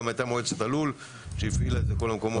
הייתה גם מועצת הלול שהפעילה את כל המקומות.